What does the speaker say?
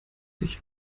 sich